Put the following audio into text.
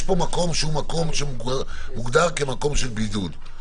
יש פה מקום שהוא מקום שמוגדר כמקום של בידוד.